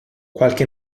qualche